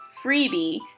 freebie